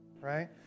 right